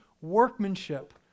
workmanship